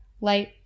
light